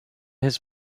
his